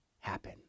happen